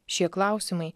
šie klausimai